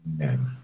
Amen